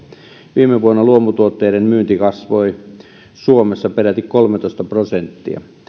viime vuonna luomutuotteiden myynti kasvoi suomessa peräti kolmetoista prosenttia